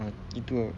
mm itu ah